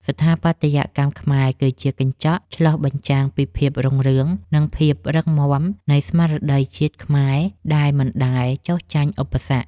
ស្ថាបត្យកម្មខ្មែរគឺជាកញ្ចក់ឆ្លុះបញ្ចាំងពីភាពរុងរឿង និង ភាពរឹងមាំនៃស្មារតីជាតិខ្មែរដែលមិនដែលចុះចាញ់ឧបសគ្គ។